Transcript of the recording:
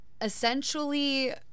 essentially